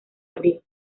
abril